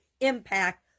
impact